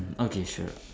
okay sure